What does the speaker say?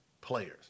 players